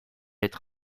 être